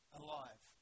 alive